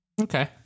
Okay